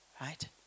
right